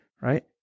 right